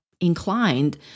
inclined